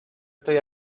estoy